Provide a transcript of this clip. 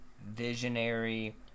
visionary